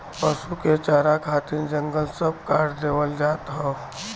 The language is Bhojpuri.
पसु के चारा खातिर जंगल सब काट देवल जात हौ